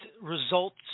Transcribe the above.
results